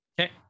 Okay